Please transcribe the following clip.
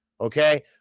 okay